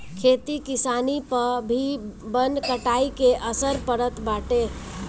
खेती किसानी पअ भी वन कटाई के असर पड़त बाटे